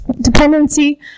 dependency